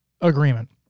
agreement